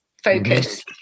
Focus